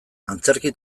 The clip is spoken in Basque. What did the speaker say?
antzerki